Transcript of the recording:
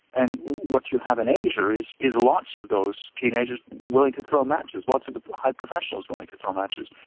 and what you have in asia is is lots of those teenagers willing to throw matches, lots of high professionals willing to throw matches.